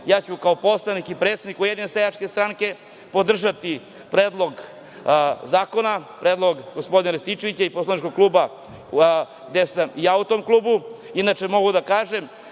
ja ću kao poslanik i predsednik Ujedinjene seljačke stranke podržati Predlog zakona, predlog gospodina Rističevića i poslaničkog kluba u kojem sam i ja. Inače, mogu da kažem